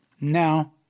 now